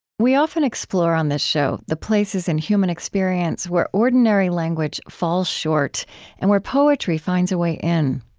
we often explore on this show the places in human experience where ordinary language falls short and where poetry finds a way in.